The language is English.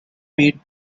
meet